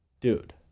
Dude